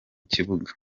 kibuga